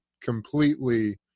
completely